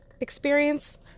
experience